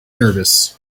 nervous